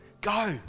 Go